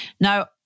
Now